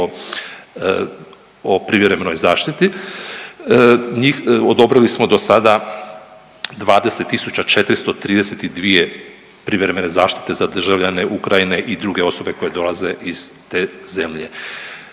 o privremenoj zaštiti. Njih, odobrili smo dosada 20.432 privremene zaštite za državljane Ukrajine i druge osobe koje dolaze iz te zemlje.